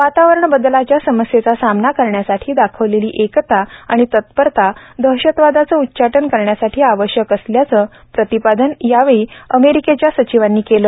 वातावरण बदलाच्या समस्येचा सामना करण्यासाठी दाखविलेली एकता आणि तत्परता दहशतवादाचं उच्चाटन करण्यासाठी आवश्यक असल्याचं प्रतिपादन यावेळी अमेरिकेच्या सचिवांनी केलं